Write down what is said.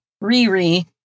Ri-Ri